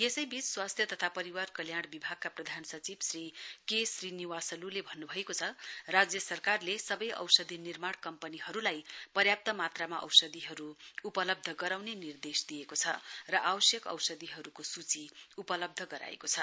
यसैवीच स्वास्थ्य तथा परिवार कल्याण विभागका प्रधान सचिव श्री के श्रीनिवासले भन्नुभएको छ राज्य सरकारले सवै औषधिनिर्माण कम्पनीहरुलाई पर्याप्त मात्रामा औषधिहरु उपलब्ध गराउने निर्देश दिएको छ र आवश्यक औषधिहरुको सूची उपलब्ध गराएको छ